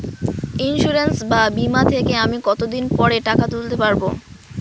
Insurance বা বিমা থেকে আমি কত দিন পরে টাকা তুলতে পারব?